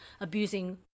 abusing